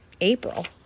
April